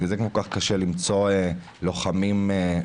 בגלל זה כל כך קשה למצוא לוחמים שמעידים